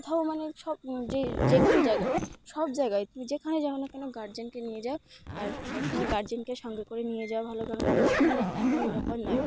কোথাও মানে সব যে যে কোনো জায়গায় সব জায়গায় তুমি যেখানে যাও না কেন গার্জেনকে নিয়ে যাও আর সব সমময় গার্জেনকে সঙ্গে করে নিয়ে যাওয়া ভালো কারেন মেয়েরা এখন একা নিরাপদ নয়